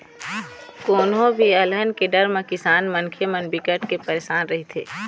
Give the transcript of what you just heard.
कोनो भी अलहन के डर म किसान मनखे मन बिकट के परसान रहिथे